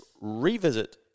revisit